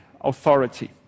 authority